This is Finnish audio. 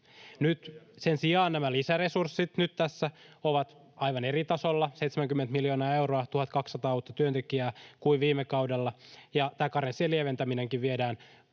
Sen sijaan nämä lisäresurssit nyt tässä ovat aivan eri tasolla — 70 miljoonaa euroa, 1 200 uutta työntekijää — kuin viime kaudella, ja tämä karenssien lieventäminenkin viedään pidemmälle